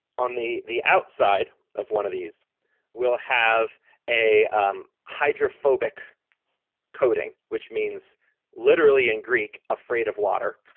on the the outside of one of these will have a hydrophobic coating, which means literally in greek, afraid of water,